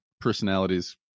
personalities